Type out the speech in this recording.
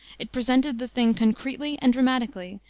it presented the thing concretely and dramatically,